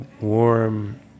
warm